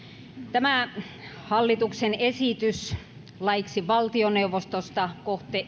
tämä hallituksen esitys laiksi valtioneuvostosta